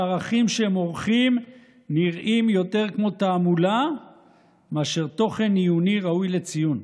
שהערכים שהם עורכים נראים יותר כמו תעמולה מאשר תוכן עיוני ראוי לציון.